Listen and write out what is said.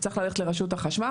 הוא צריך ללכת לרשות החשמל,